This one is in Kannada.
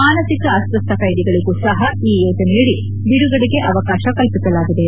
ಮಾನಸಿಕ ಅಸ್ತಸ್ವ ಕೈದಿಗಳಗೂ ಸಹ ಈ ಯೋಜನೆಯಡಿ ಬಿಡುಗಡೆಗೆ ಅವಕಾಶ ಕಲ್ಪಿಸಲಾಗಿದೆ